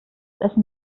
essen